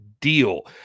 deal